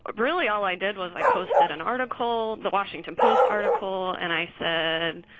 ah really, all i did was i posted an article the washington post article. and i said,